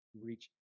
reach